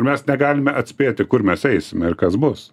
mes negalime atspėti kur mes eisim ir kas bus